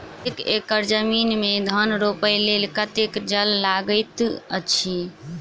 एक एकड़ जमीन मे धान रोपय लेल कतेक जल लागति अछि?